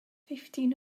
fifteen